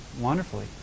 wonderfully